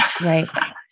Right